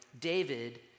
David